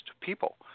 people